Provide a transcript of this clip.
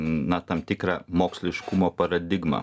na tam tikrą moksliškumo paradigmą